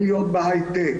תודה רבה.